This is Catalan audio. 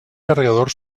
carregador